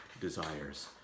desires